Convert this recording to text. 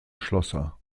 schlosser